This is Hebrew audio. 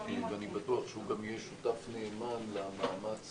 ואני בטוח שהוא גם יהיה שותף נאמן למאמץ